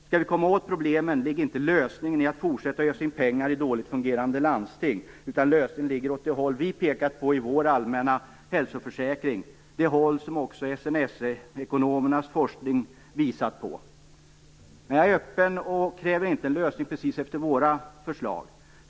Skall vi komma åt problemen ligger lösningen inte i att fortsätta att ösa in pengar i dåligt fungerande lantsting, utan lösningen ligger åt det håll vi pekat på i vår allmänna hälsoförsäkring, det håll som också SNS-ekonomernas forskning visat på. Jag är öppen och kräver inte en lösning precis efter våra förslag.